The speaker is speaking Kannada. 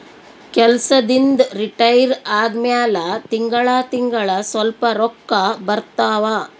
ಕೆಲ್ಸದಿಂದ್ ರಿಟೈರ್ ಆದಮ್ಯಾಲ ತಿಂಗಳಾ ತಿಂಗಳಾ ಸ್ವಲ್ಪ ರೊಕ್ಕಾ ಬರ್ತಾವ